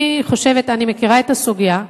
אני מכירה את הסוגיה,